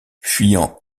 fuyant